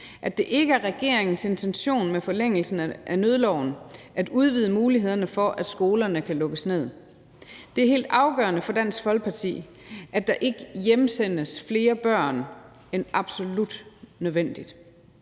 at det ikke er regeringens intention med forlængelsen af nødloven at udvide mulighederne for, at skolerne kan lukkes ned. Det er helt afgørende for Dansk Folkeparti, at der ikke hjemsendes flere børn end absolut nødvendigt.